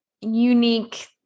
unique